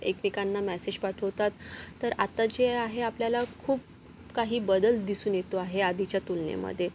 एकमेकांना मेसेज पाठवतात तर आता जे आहे आपल्याला खूप काही बदल दिसून येतो आहे आधीच्या तुलनेमध्ये